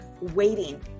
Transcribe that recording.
waiting